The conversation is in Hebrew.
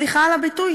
סליחה על הביטוי,